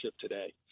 today